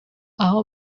aho